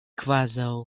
kvazaŭ